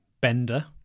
bender